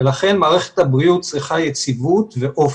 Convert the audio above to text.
ולכן מערכת הבריאות צריכה יציבות ואופק.